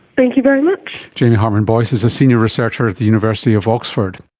thank you very much. jamie hartmann-boyce is a senior researcher at the university of oxford